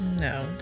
no